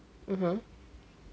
mmhmm